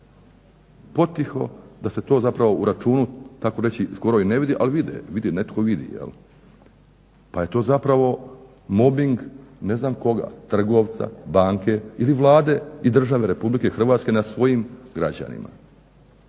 potiho da se to zapravo u računu tako reći skoro i ne vidi ali vide, netko vidi jel. Pa je to zapravo mobing ne znam koga, trgovca, banke ili Vlade i države RH nad svojim građanima.